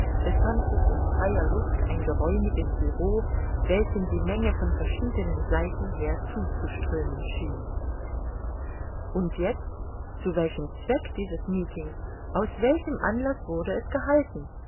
befand sich in freier luft ein geräumiges bureau welchem die menge von verschiedenen seiten her zuzuströmen schien und jetzt zu welchem zweck dieses meeting aus welchem anlaß wurde es gehalten